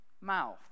mouth